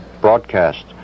broadcast